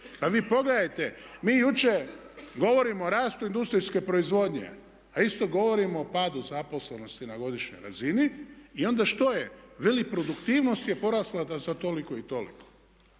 Pa vi pogledajte, mi jučer govorimo o rastu industrijske proizvodnje a isto govorimo o padu zaposlenosti na godišnjoj razini. I onda što je? Veli produktivnost je porasla za toliko i toliko.